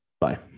Bye